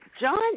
John